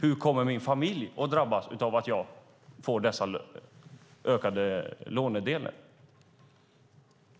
Hur kommer min familj att drabbas av att jag får en ökad lånedel?